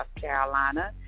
carolina